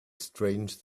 strange